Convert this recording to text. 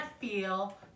feel